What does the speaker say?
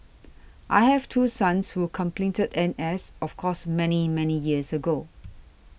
I have two sons who completed N S of course many many years ago